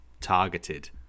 targeted